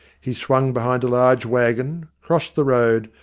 he swung behind a large waggon, crossed the road,